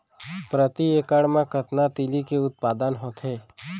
प्रति एकड़ मा कतना तिलि के उत्पादन होथे?